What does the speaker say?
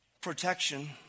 protection